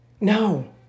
No